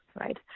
right